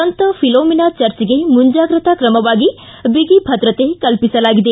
ಸಂತ ಫಿಲೋಮಿನಾ ಚರ್ಚ್ಗೆ ಮುಂಜಾಗ್ರತಾ ಕ್ರಮವಾಗಿ ಬಿಗಿ ಭದ್ರತೆ ಕಲ್ಪಿಸಲಾಗಿದೆ